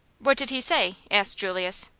what did he say? asked julius.